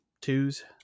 twos